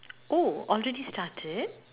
oh already started